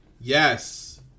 Yes